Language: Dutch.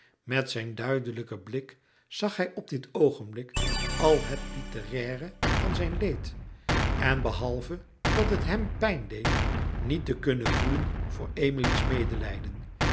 metamorfoze zijn duidelijken blik zag hij op dit oogenblik al het litteraire van zijn leed en behalve dat het hem pijn deed niet te kunnen voelen voor emilie's medelijden